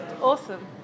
awesome